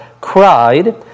cried